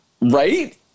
Right